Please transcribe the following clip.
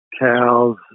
cows